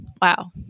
wow